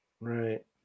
Right